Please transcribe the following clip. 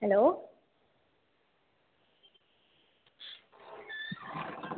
hello